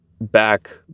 back